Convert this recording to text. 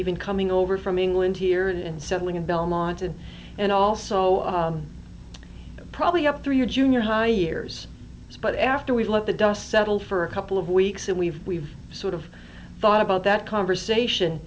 even coming over from england here and settling in belmont and and also probably up through your junior high years but after we've let the dust settle for a couple of weeks and we've we've sort of thought about that conversation